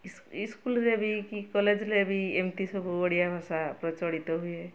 ସ୍କୁଲରେ ବି କି କଲେଜରେ ବି ଏମିତି ସବୁ ଓଡ଼ିଆଭାଷା ପ୍ରଚଳିତ ହୁଏ